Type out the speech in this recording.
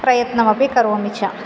प्रयत्नमपि करोमि च